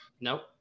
nope